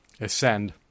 ascend